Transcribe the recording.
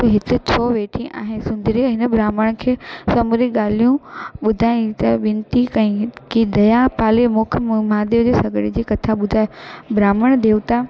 तूं हिते छो वेठी आहे सुंदरी हिन ब्राहम्ण खे समूरी ॻाल्हियूं ॿुधाईं त विनती कईं कि दया पाले मूंखे महादेव जे सॻिड़े जी कथा ॿुधाए ब्राहम्ण देवता